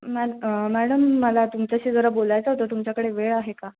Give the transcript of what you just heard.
ma'am madam मला तुमच्याशी जरा बोलायचं होतं तुमच्याकडे वेळ आहे का